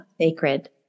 sacred